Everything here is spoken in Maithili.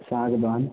सागबान